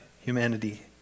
humanity